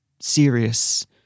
serious